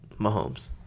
Mahomes